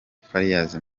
farious